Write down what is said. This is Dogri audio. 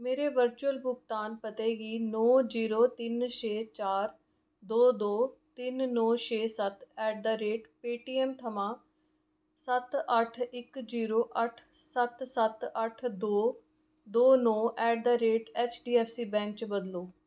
मेरे वर्चुअल बुगतान पते गी नौ जीरो तिन्न छे चार दो दो तिन्न नौ छे सत्त ऐटदीरेट पेऽटीऐम्म थमां सत्त अट्ठ इक जीरो अट्ठ सत्त सत्त अट्ठ दो दो नौ at the rate HDFC bank च बदलो